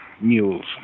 mules